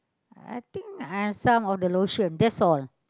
I think and some of the lotion that's all